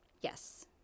yes